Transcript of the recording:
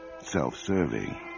self-serving